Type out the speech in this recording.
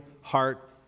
heart